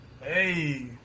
hey